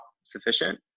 sufficient